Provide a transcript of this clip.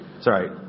Sorry